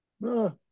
no